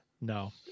No